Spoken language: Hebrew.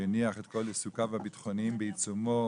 שהניח את כל עיסוקיו הביטחוניים בסיומו